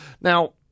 Now